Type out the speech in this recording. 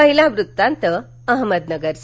पहिला वृत्तांत अहमदनगरचा